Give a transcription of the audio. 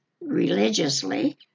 religiously